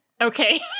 Okay